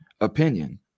opinion